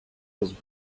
was